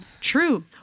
True